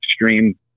extreme